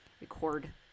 record